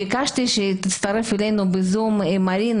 ביקשתי שתצטרף אלינו בזום מרינה,